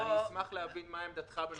אשמח להבין מה עמדתך בנושא.